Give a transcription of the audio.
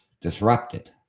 disrupted